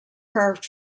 carved